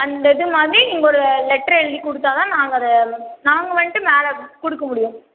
அந்த இது மாதிரி நீங்கள் ஒரு லெட்ரு எழுதிக் கொடுத்தாதான் நாங்கள் அதை நாங்க வந்துட்டு மேல கொடுக்க முடியும்